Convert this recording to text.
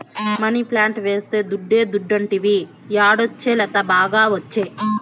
money plant వేస్తే దుడ్డే దుడ్డంటివి యాడొచ్చే లత, బాగా ఒచ్చే